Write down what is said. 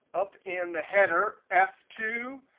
up in the header f two.